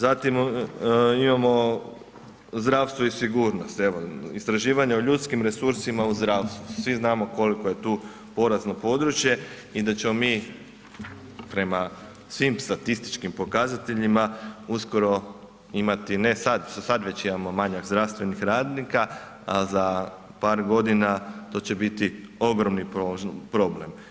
Zatim imamo zdravstvo i sigurnost evo istraživanje o ljudskim resursima u zdravstvu, svi znamo koliko je tu porazno područje i da ćemo mi prema svim statističkim pokazateljima uskoro imati ne sad, sad već imamo manjak zdravstvenih radnika, a za par godina to će biti ogromni problem.